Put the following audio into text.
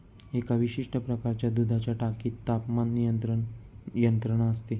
एका विशिष्ट प्रकारच्या दुधाच्या टाकीत तापमान नियंत्रण यंत्रणा असते